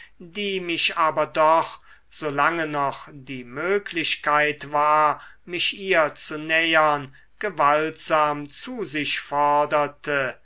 die mich aber doch solange noch die möglichkeit war mich ihr zu nähern gewaltsam zu sich forderte